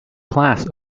class